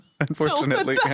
Unfortunately